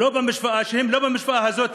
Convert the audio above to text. שהם לא במשוואה הזאת,